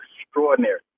extraordinary